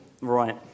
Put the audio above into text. Right